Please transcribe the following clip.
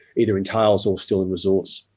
either in tails or still in resource.